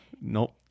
nope